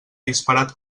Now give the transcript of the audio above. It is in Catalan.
disparat